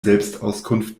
selbstauskunft